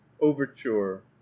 overture